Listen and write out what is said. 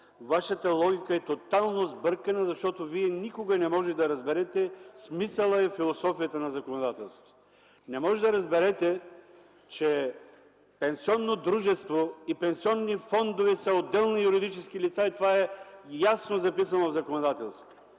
Вашата логика е тотално сбъркана, защото Вие никога не можете да разберете смисъла и философията на законодателството. Не можете да разберете, че пенсионното дружество и пенсионните фондове са отделни юридически лица и това е ясно записано в законодателството.